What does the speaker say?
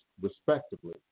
respectively